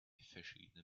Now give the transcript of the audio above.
verschiedene